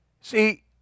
See